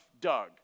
Doug